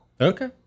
Okay